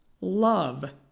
love